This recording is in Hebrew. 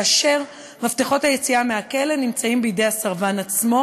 כאשר מפתחות היציאה מהכלא נמצאים בידי הסרבן עצמו,